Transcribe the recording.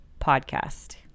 podcast